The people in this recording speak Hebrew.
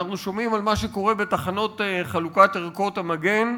אנחנו שומעים על מה שקורה בתחנות חלוקת ערכות המגן,